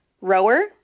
rower